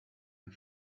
and